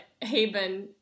Haven